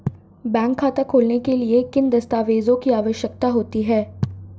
Bank खाता खोलने के लिए किन दस्तावेज़ों की आवश्यकता होती है?